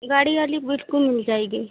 गाड़ी वाली बिल्कुल मिल जाएगी